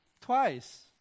Twice